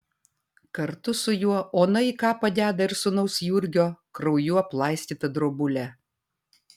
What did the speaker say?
kartu su juo ona į kapą deda ir sūnaus jurgio krauju aplaistytą drobulę